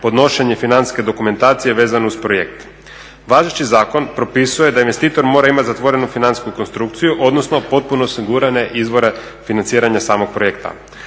podnošenje financijske dokumentacije vezane uz projekt. Važeći zakon propisuje da investitor mora imati zatvorenu financijsku konstrukciju odnosno potpuno osigurane izvore financiranja samog projekta.